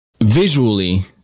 visually